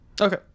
Okay